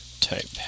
type